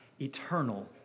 eternal